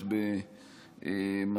לצערי,